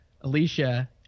Alicia